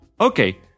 Okay